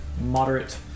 moderate